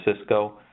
Cisco